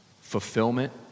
fulfillment